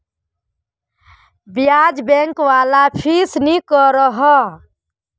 ब्याज़ बैंक वाला फिक्स नि करोह